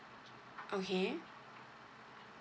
okay